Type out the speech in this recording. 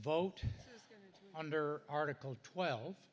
vote under article twelve